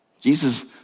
Jesus